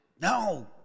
No